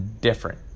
different